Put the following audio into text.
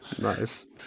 Nice